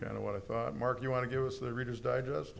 kind of what i thought mark you want to do is the reader's digest